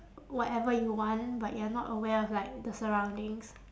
whatever you want but you are not aware of like the surroundings